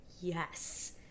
yes